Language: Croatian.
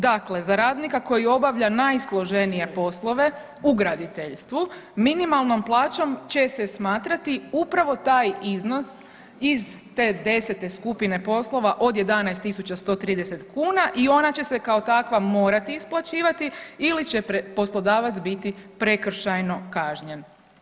Dakle, za radnika koji obavlja najsloženije poslove u graditeljstvu minimalnom plaćom će se smatrati upravo taj iznos iz te 10-te skupine poslova od 11.130 kuna i ona će se kao takva morati isplaćivati ili će poslodavac biti prekršajno kažnjen.